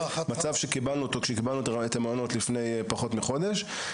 מצב שקיבלנו אותו כשקיבלנו את המעונות לפני פחות מחודש,